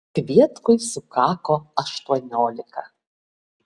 kvietkui sukako aštuoniolika